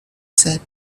said